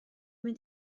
mynd